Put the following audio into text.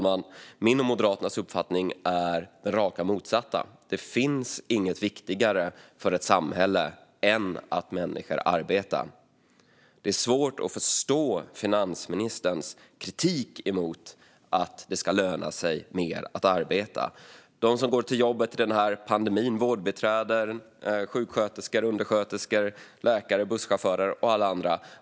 Min och Moderaternas uppfattning, fru talman, är den rakt motsatta: Det finns inget viktigare för ett samhälle än att människor arbetar. Det är svårt att förstå finansministerns kritik mot att det ska löna sig mer att arbeta. Magdalena Andersson är tydlig med att det är fel att rikta skattesänkningar till dem som går till jobbet i pandemin: vårdbiträden, sjuksköterskor, undersköterskor, läkare, busschaufförer och alla andra.